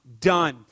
done